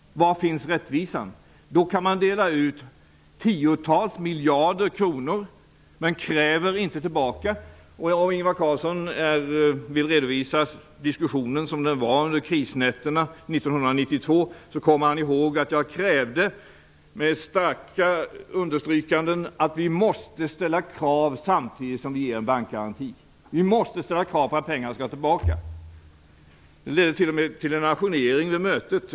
Man kan dela ut tiotals miljarder kronor, men kräver inte tillbaka. Om Ingvar Carlsson ville redovisa diskussionen som den fördes under krisnätterna 1992, skulle han komma ihåg att jag med starka understrykanden krävde att vi skulle ställa krav samtidigt som vi gav en bankgaranti. Vi måste ställa krav på att pengarna skall tillbaka. Det ledde till en ajournering av det mötet.